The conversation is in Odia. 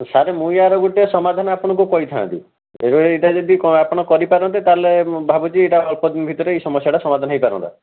ସାର୍ ମୁଁ ୟାର ଗୋଟେ ସମାଧାନ ଆପଣଙ୍କୁ କହିଥାନ୍ତି ଏଇଟା ଯଦି ଆପଣ କରିପାରନ୍ତେ ତା'ହେଲେ ଭାବୁଛି ଏଇଟା ଅଳ୍ପଦିନ ଭିତରେ ଏଇ ସମସ୍ୟାଟା ସମାଧାନ ହେଇପାରନ୍ତା